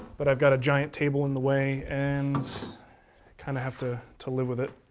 but i've got a giant table in the way and kind of have to to live with it.